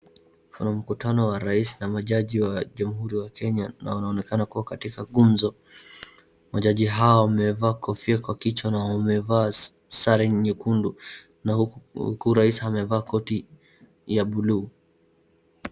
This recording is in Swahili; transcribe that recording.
Kuna mkutano wa rais na majaji wa Jamhuri wa Kenya na wanaonekana kuwa katika gumzo. Majaji hao wamevaa kofia kwa kichwa na wamevaa sare nyekundu, na huku rais amevaa koti ya bluu.